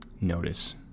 notice